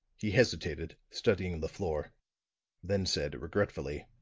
he hesitated, studying the floor then said, regretfully